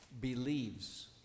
believes